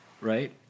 Right